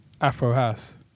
Afro-House